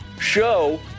show